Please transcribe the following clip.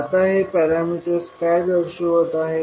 आता हे पॅरामीटर्स काय दर्शवत आहेत